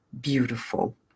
beautiful